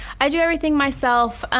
i do everything myself.